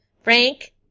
Frank